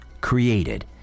created